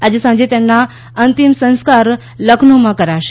આજે સાંજે તેમના અંતિમ સંસ્કાર લખનૌમાં કરાશે